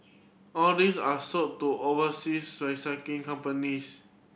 all these are sold to overseas recycling companies